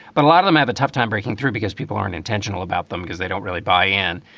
but a lot of them have a tough time breaking through because people aren't intentional about them because they don't really buy in.